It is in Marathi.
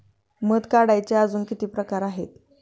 मध काढायचे अजून किती प्रकार आहेत?